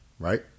Right